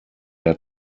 der